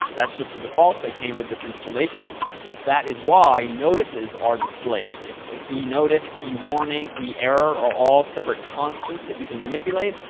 that's just the default. they came with this installation but that is why notices are displayed, and e notice, e warning, e error, are all separate constants that you can manipulate.